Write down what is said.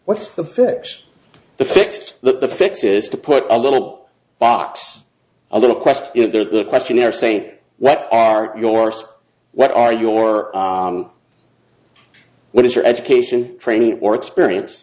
what's the fix the fixed the fixes to put a little box a little question in there that questionnaire saying what are yours what are your what is your education training or experience